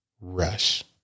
rush